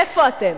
איפה אתם?